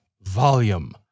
Volume